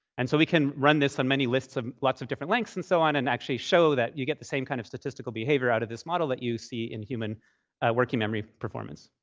and so we can run this on many lists of lots of different lengths and so on, and actually show that you get the same kind of statistical behavior out of this model that you see in human working memory performance.